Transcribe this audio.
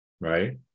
right